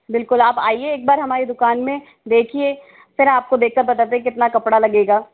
बिल्कुल आप आइये एक बार हमारी दुकान में देखिए फिर आपको देखकर पता चल जाएगा कितना कपड़ा लगेगा